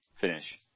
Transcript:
finish